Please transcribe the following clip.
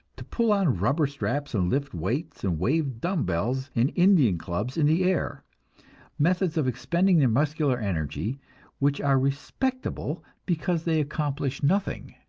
to pull on rubber straps and lift weights and wave dumb-bells and indian clubs in the air methods of expending their muscular energy which are respectable because they accomplish nothing!